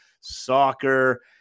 soccer